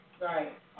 Right